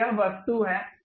तो यह वस्तु है